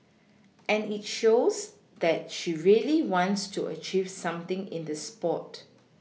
and it shows that she really wants to achieve something in the sport